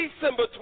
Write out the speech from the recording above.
December